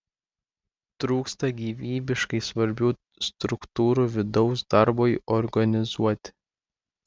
trūksta gyvybiškai svarbių struktūrų vidaus darbui organizuoti